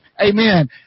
Amen